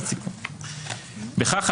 בכך,